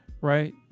right